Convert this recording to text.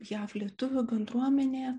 jav lietuvių bendruomenėje